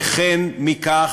וכן מכך